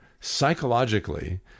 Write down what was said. psychologically